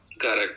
Correct